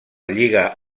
lliga